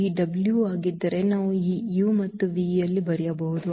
ಈ w ಆಗಿದ್ದರೆ ನಾವು ಈ u ಮತ್ತು v ಯಲ್ಲಿ ಬರೆಯಬಹುದು